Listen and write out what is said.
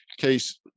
case